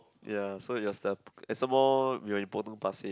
ya so it was the and some more we were in Potong-Pasir